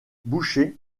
boucher